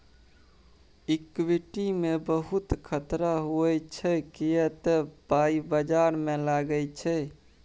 equity मे बहुत खतरा होइ छै किए तए पाइ बजार मे लागै छै